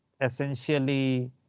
essentially